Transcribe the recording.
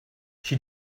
she